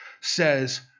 says